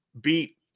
beat